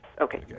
okay